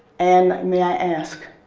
and may i ask,